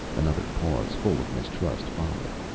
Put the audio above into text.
another pause full of mistrust followed.